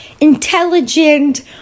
intelligent